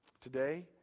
Today